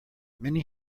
many